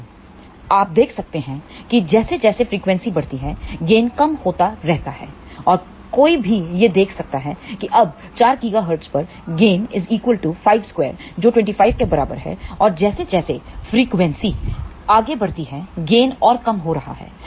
लेकिन आप देख सकते हैं कि जैसे जैसे फ्रीक्वेंसी बढ़ती हैगेन कम होता रहता है और कोई भी यह देख सकता है कि अब 4 गीगाहर्ट्ज पर गेन2जो 25 के बराबर है और जैसे जैसे फ्रीक्वेंसी आगे बढ़ती है गेन और कम हो रहा है